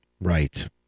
Right